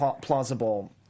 plausible